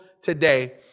today